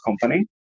company